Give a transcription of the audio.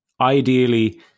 ideally